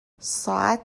ساعت